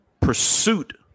pursuit